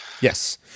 Yes